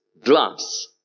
glass